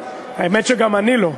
האמת שגם אני לא.